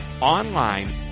online